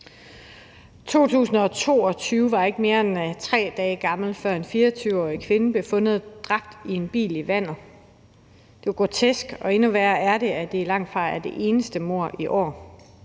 2022 var ikke mere end 3 dage gammel, før en 24-årig kvinde blev fundet dræbt i en bil i vandet. Det var grotesk, og endnu værre er det, at det langtfra er det eneste mord i år,